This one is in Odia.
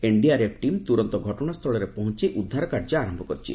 ଏନ୍ଡିଆର୍ଏଫ୍ ଟିମ୍ ତୁରନ୍ତ ଘଟଣାସ୍ଥଳରେ ପହଞ୍ଚ ଉଦ୍ଧାର କାର୍ଯ୍ୟ ଆରମ୍ଭ କରିଛି